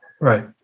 Right